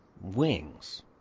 wings